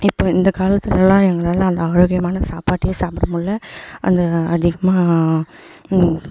இப்போ இந்தக்காலத்துலெலாம் எங்களால் அந்த ஆரோக்கியமான சாப்பாட்டையே சாப்பிட முடில அந்த அதிகமாக